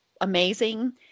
amazing